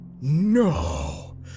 no